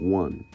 one